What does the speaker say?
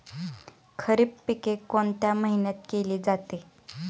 खरीप पिके कोणत्या महिन्यात केली जाते?